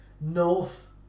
North